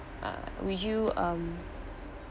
uh would you um